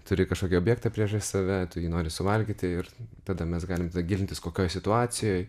turi kažkokį objektą priešais save tu jį nori suvalgyti ir tada mes galim gilintis kokioj situacijoj